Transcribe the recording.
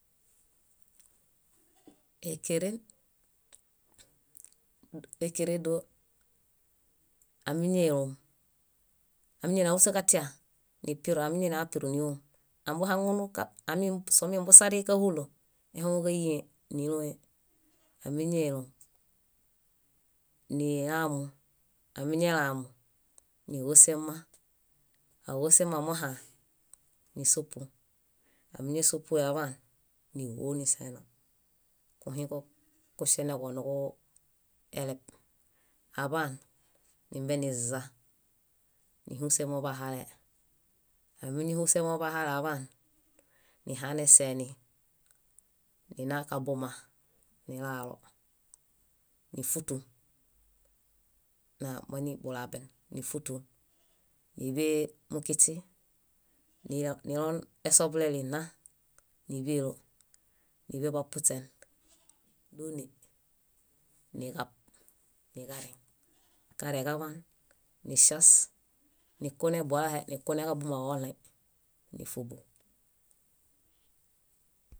Ékeren dóo áñelom, añaini áhuśaġatia, nipiru. Amiñaini aepiru, nílom, ambuhaŋunu sómumbusari káhulo áhaŋuġayiẽe nílõe. Amiñaelom, nilamu, amiñalamu níhode mma, áhose mma mohã, nísopu, ámiñasopue aḃaan, ního niseeno kuhĩko kuŝeneġo niġueleb, aḃaan nimbeniza níhuse mobahalee. Ámiñahuse mobahalee aḃaan, nihane seeni, ninakabuma nilaalo nífutu, namoinibulaben, nífutu, níḃe mukiśi nilon esoḃeleli nna níḃelo, níḃe bapuśen. Dóne, niġab niġareŋ. Karẽġaḃaan niŝias, nikuneibolahe, nikuneġabumaġoġoɭãi nífubu.